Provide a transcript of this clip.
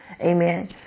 Amen